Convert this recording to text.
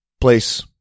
place